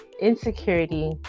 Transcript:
insecurity